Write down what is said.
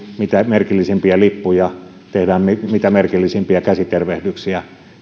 mitä merkillisimpiä lippuja tehdään mitä merkillisimpiä käsitervehdyksiä